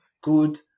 good